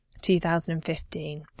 2015